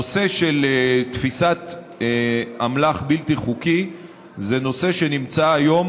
הנושא של תפיסת אמל"ח בלתי חוקי זה נושא שנמצא היום